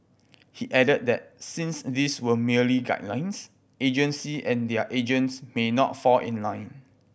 he added that since these were merely guidelines agency and their agents may not fall in line